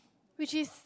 which is